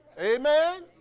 Amen